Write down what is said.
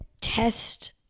test